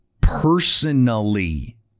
personally